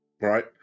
right